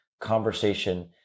conversation